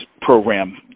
program